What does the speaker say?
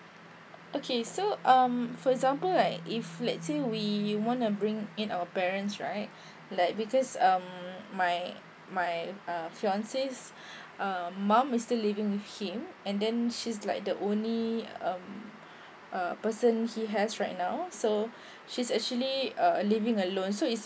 okay so um for example like if let's say we want to bring in our parents right like because um my my uh fiance says um mom is still living with him and then she's like the only um uh person he has right now so she's actually uh living alone so is